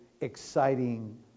exciting